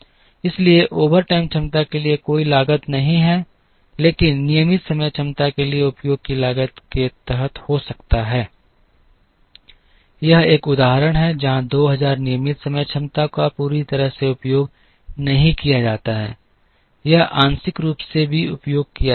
इसलिए ओवरटाइम क्षमता के लिए कोई उपयोग लागत नहीं है लेकिन नियमित समय क्षमता के लिए उपयोग की लागत के तहत हो सकता है यह एक उदाहरण है जहां 2000 नियमित समय क्षमता का पूरी तरह से उपयोग नहीं किया जाता है यह आंशिक रूप से ही उपयोग किया जाता है